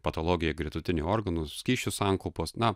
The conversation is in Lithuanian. patologija gretutinių organų skysčių sankaupos na